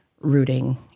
rooting